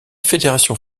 fédération